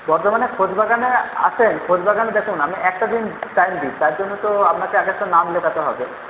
বর্ধমানে খোশবাগানে আসেন খোশবাগানে দেখুন আমি একটা দিন টাইম দিই তার জন্য তো আপনাকে আগে তো নাম লেখাতে হবে